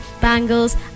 bangles